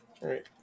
right